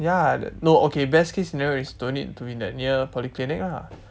ya no okay best case scenario is don't need to be that near polyclinic lah